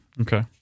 okay